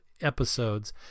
episodes